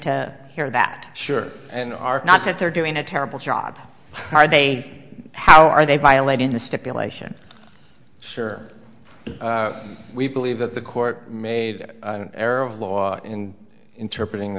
to hear that sure and are not that they're doing a terrible job are they how are they violate in the stipulation sure we believe that the court made an error of law in interpret in